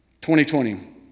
2020